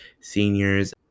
seniors